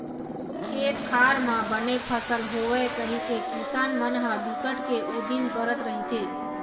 खेत खार म बने फसल होवय कहिके किसान मन ह बिकट के उदिम करत रहिथे